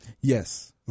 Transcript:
Yes